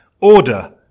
Order